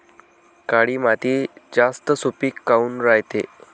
काळी माती जास्त सुपीक काऊन रायते?